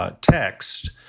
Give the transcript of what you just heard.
text